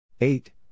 Eight